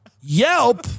Yelp